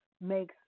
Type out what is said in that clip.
makes